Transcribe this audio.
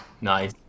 Nice